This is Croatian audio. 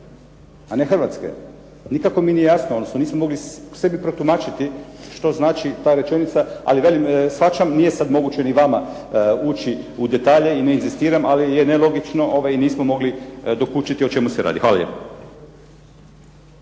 a ne Hrvatske. Nikako mi nije jasno. Odnosno nisam mogao sebi protumačiti što znači ta rečenica. Ali velim, shvaćam nije sad moguće ni vama ući u detalje i ne inzistiram. Ali je nelogično i nismo mogli dokučiti o čemu se radi. Hvala lijepo.